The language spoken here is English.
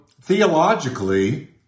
theologically